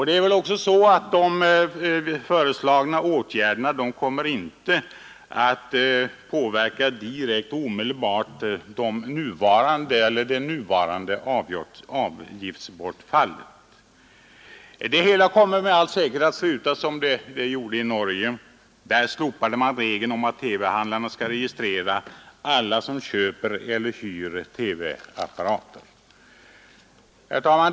Det är väl också så att de föreslagna åtgärderna inte kommer att påverka det nuvarande avgiftsbortfallet direkt och omedelbart. Det hela kommer med all säkerhet att sluta som det gjorde i Norge. Där slopade man regeln om att TV-handlarna skall registrera alla som köper eller hyr TV-apparater. Herr talman!